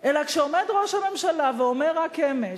אלא כשעומד ראש הממשלה ואומר רק אמש,